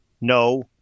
no